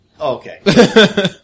Okay